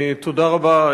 תודה רבה,